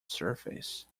surface